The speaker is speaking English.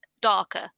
darker